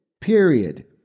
Period